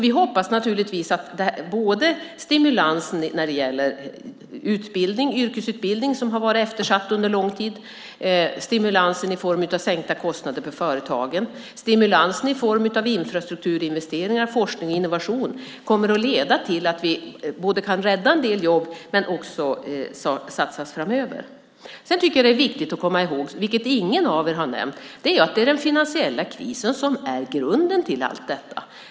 Vi hoppas naturligtvis att detta ger stimulans i form av yrkesutbildning, som under lång tid varit eftersatt, stimulans i form av sänkta kostnader för företagen, stimulans i form av infrastrukturinvesteringar samt forskning och innovation och att det kommer att leda till att vi kan både rädda en del jobb och satsa framöver. Det är också viktigt att komma ihåg, vilket ingen av socialdemokraterna nämnt, att det är den finansiella krisen som är grunden till allt detta.